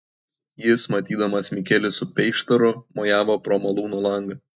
jis matydamas mikelį su peištaru mojavo pro malūno langą